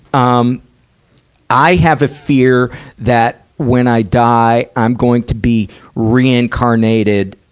um i have a fear that, when i die, i'm going to be reincarnated,